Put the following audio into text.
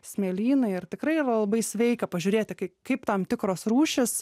smėlynai ir tikrai yra labai sveika pažiūrėti kaip tam tikros rūšys